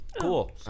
Cool